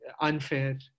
unfair